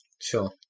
Sure